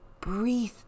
breathe